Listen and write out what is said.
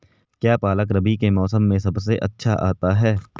क्या पालक रबी के मौसम में सबसे अच्छा आता है?